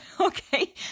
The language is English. okay